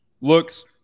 Looks